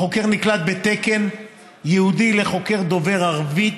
החוקר נקלט בתקן ייעודי לחוקר דובר ערבית,